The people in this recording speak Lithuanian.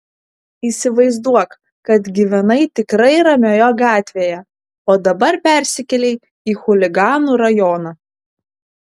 įsivaizduok kad gyvenai tikrai ramioje gatvėje o dabar persikėlei į chuliganų rajoną